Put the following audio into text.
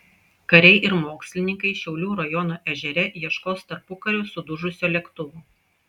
kariai ir mokslininkai šiaulių rajono ežere ieškos tarpukariu sudužusio lėktuvo